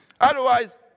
Otherwise